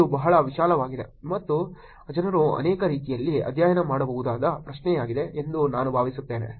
ಇದು ಬಹಳ ವಿಶಾಲವಾಗಿದೆ ಮತ್ತು ಜನರು ಅನೇಕ ರೀತಿಯಲ್ಲಿ ಅಧ್ಯಯನ ಮಾಡಬಹುದಾದ ಪ್ರಶ್ನೆಯಾಗಿದೆ ಎಂದು ನಾನು ಭಾವಿಸುತ್ತೇನೆ